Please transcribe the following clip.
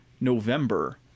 November